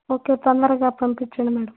okay తొందరగా పంపించండి madam